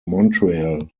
montreal